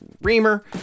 Reamer